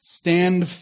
Stand